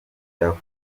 yakuwe